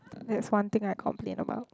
that's one thing I complain about